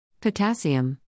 Potassium